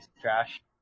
trash